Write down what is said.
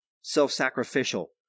self-sacrificial